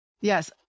Yes